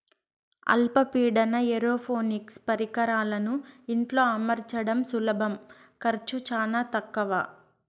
అల్ప పీడన ఏరోపోనిక్స్ పరికరాలను ఇంట్లో అమర్చడం సులభం ఖర్చు చానా తక్కవ